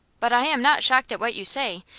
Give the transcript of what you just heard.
but i am not shocked at what you say,